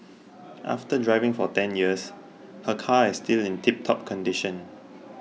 after driving for ten years her car is still in tiptop condition